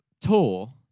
tour